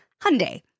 Hyundai